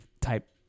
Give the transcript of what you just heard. type